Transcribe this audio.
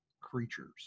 creatures